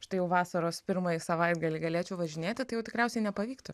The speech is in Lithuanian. štai jau vasaros pirmąjį savaitgalį galėčiau važinėti tai jau tikriausiai nepavyktų